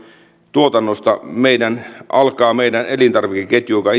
tuotannosta alkaa meidän elintarvikeketjumme